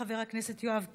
חבר הכנסת יואב קיש,